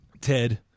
Ted